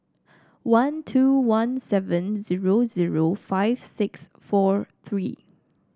one two one seven zero zero five six four three